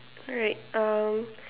alright um